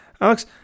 Alex